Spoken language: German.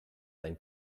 ein